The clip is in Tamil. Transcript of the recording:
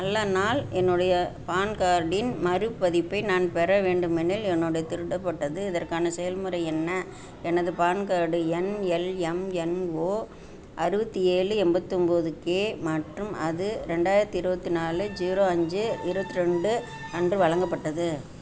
நல்ல நாள் என்னுடைய பான் கார்டின் மறுபதிப்பை நான் பெற வேண்டுமெனில் என்னுடைய திருடப்பட்டது இதற்கான செயல்முறை என்ன எனது பான் கார்டு எண் எல்எம்என்ஓ அறுபத்தி ஏழு எண்பத்தொம்போது கே மற்றும் அது ரெண்டாயிரத்து இருபத்தி நாலு ஜீரோ அஞ்சு இருபத்தி ரெண்டு அன்று வழங்கப்பட்டது